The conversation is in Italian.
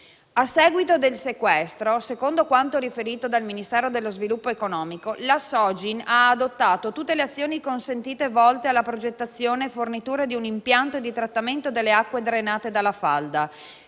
A seguito del sequestro, secondo quanto riferito dal Ministero dello sviluppo economico, la Sogin ha adottato tutte le azioni consentite volte alla progettazione e fornitura di un impianto di trattamento delle acque drenate dalla falda,